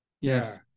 Yes